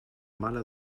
mala